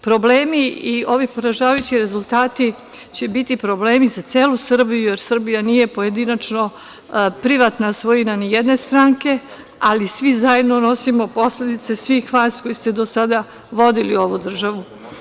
Problemi i ovi poražavajući rezultati će biti problemi za celu Srbiju, jer Srbija nije pojedinačno privatna svojina ni jedne stranke, ali svi zajedno nosimo posledice svih vas koji ste do sada vodili ovu državu.